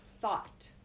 Thought